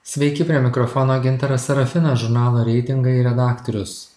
sveiki prie mikrofono gintaras sarafinas žurnalo reitingai redaktorius